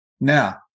Now